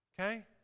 Okay